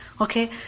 Okay